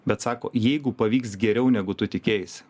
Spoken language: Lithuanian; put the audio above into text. bet sako jeigu pavyks geriau negu tu tikėjaisi